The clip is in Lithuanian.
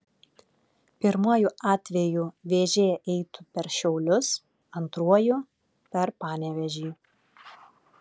pirmuoju atveju vėžė eitų per šiaulius antruoju per panevėžį